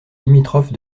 limitrophe